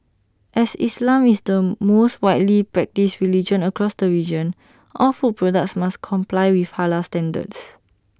as islam is the most widely practised religion across the region all food products must comply with Halal standards